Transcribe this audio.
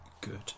good